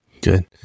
Good